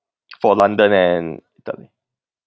for london and the